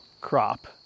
crop